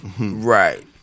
Right